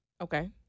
Okay